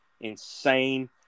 insane